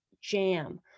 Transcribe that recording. jam